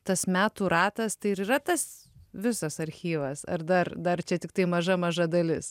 tas metų ratas tai ir yra tas visas archyvas ar dar dar čia tiktai maža maža dalis